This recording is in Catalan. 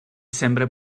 sembra